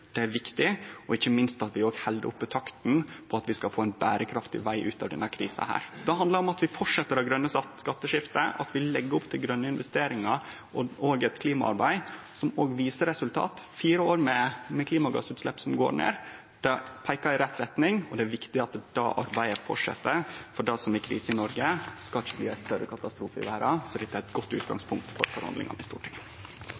Det er viktig, og ikkje minst at vi òg held oppe takta, og at vi skal få ein berekraftig veg ut av denne krisa. Det handlar om at vi fortset det grøne skatteskiftet, at vi legg opp til grøne investeringar og òg eit klimaarbeid som viser resultat. Fire år med klimagassutslepp som går ned, peiker i rett retning, og det er viktig at det arbeidet fortset. Det som er krise i Noreg, skal ikkje bli ei større katastrofe i verda, så dette er eit godt